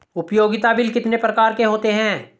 उपयोगिता बिल कितने प्रकार के होते हैं?